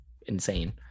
insane